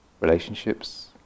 relationships